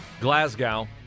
Glasgow